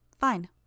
Fine